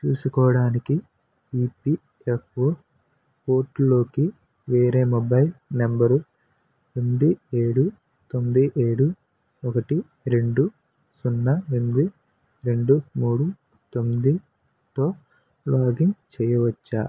చూసుకోవడానికి ఈపిఎఫ్ఓ పోర్టల్లోకి వేరే మొబైల్ నంబరు ఎనిమిది ఏడు తొమ్మిది ఏడు ఒకటి రెండు సున్నా ఎనిమిది రెండు మూడు తొమ్మిదితో లాగిన్ చేయవచ్చా